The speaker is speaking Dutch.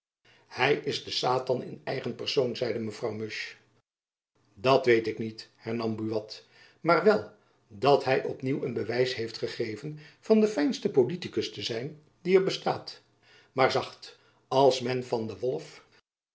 hy is de satan in eigen persoon zeide mevrouw musch dat weet ik niet hernam buat maar wel dat hy op nieuw een bewijs heeft gegeven van de fijnste politikus te zijn die er bestaat maar zacht als men van den wolf